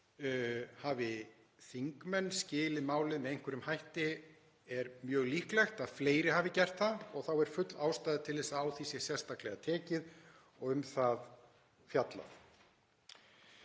Hafi þingmenn skilið málið með einhverjum hætti er mjög líklegt að fleiri hafi gert það og þá er full ástæða til þess að á því sé sérstaklega tekið og um það fjallað.